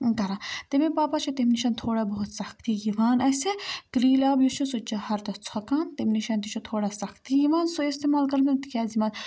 کَران تَمے باپَتھ چھِ تَمہِ نِش تھوڑا بہت سَختی یِوان اَسہِ کرٛیٖلۍ آب یُس چھِ سُہ تہِ چھُ ہَردَس ژھۄکان تَمہِ نِش تہِ چھِ تھوڑا سَختی یِوان سُہ اِستعمال کَرنہٕ تِکیٛازِ یِمَن